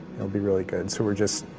it'll be really good. so we're just